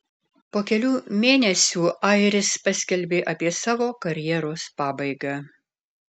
po kelių mėnesių airis paskelbė apie savo karjeros pabaigą